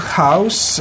house